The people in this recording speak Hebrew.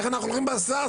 איך אנחנו אוכלים בשר,